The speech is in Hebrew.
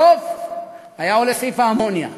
בסוף היה עולה סעיף האמוניה,